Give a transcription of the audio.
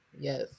yes